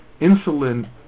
Insulin